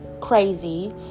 crazy